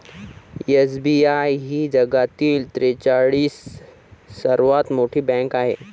SBI ही जगातील त्रेचाळीस सर्वात मोठी बँक आहे